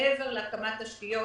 מעבר להקמת תשתיות,